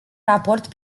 raport